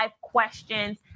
questions